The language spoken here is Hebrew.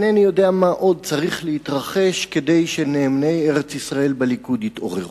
אינני יודע מה עוד צריך להתרחש כדי שנאמני ארץ-ישראל בליכוד יתעוררו.